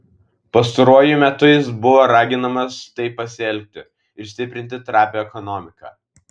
pastaruoju metu jis buvo raginamas taip pasielgti ir stiprinti trapią ekonomiką